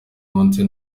munsi